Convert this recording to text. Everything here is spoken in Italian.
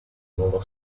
nuovo